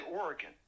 Oregon